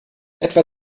etwa